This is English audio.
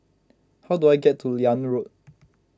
how do I get to Liane Road